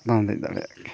ᱵᱟᱢ ᱫᱮᱡ ᱫᱟᱲᱮᱭᱟᱜᱼᱟ